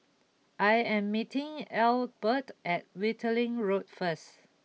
I am meeting Ethelbert at Wittering Road first